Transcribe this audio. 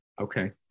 Okay